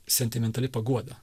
sentimentali paguoda